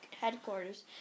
headquarters